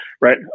right